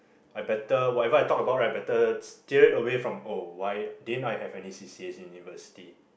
I better whatever I talk about right better stay it away from oh why didn't I have any C_C_A in university